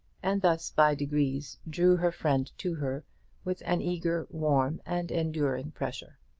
and thus by degrees drew her friend to her with an eager, warm, and enduring pressure.